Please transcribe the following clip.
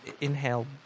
inhale